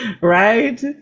right